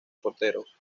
porteros